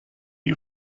you